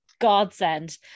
godsend